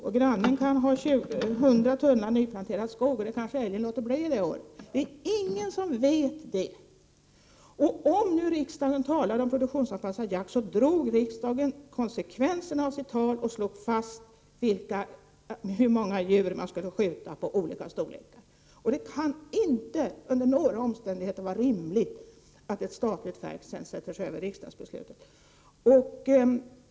Min granne kan ett år ha 100 tunnland nyplanterad skog, och den kanske älgen låter bli det året. Det är ingen som vet det. Om riksdagen talade om produktionsanpassad jakt, så drog riksdagen konsekvensen av sitt tal och slog fast hur många djur av olika storlekar man skall skjuta. Det kan inte under några omständigheter vara rimligt att ett statligt verk sedan sätter sig över riksdagsbeslutet.